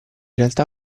realtà